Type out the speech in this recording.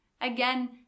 Again